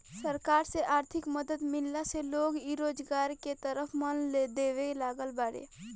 सरकार से आर्थिक मदद मिलला से लोग इ रोजगार के तरफ मन देबे लागल बाड़ें